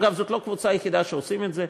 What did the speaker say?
אגב, זאת לא הקבוצה היחידה שעושים אתה את זה,